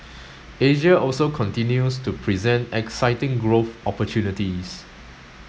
Asia also continues to present exciting growth opportunities